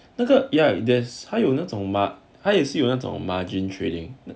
那个 ya there's 还有那种 mar~ 还有那种 margin trading